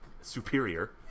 superior